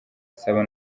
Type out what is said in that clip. saba